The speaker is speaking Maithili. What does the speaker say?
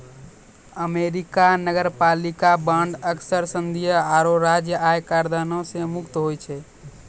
अमेरिका नगरपालिका बांड अक्सर संघीय आरो राज्य आय कराधानो से मुक्त होय छै